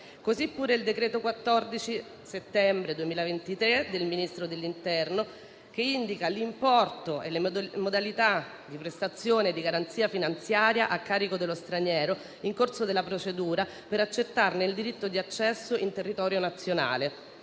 così pure il decreto del 14 settembre 2023 del Ministro dell'interno, che indica l'importo e le modalità di prestazione della garanzia finanziaria a carico dello straniero nel corso della procedura per accertarne il diritto di accesso in territorio nazionale.